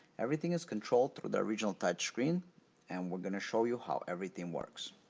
everything is controlled through the original touchscreen and we're gonna show you how everything works.